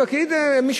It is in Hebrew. פקיד, מישהו